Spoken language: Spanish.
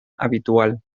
habitual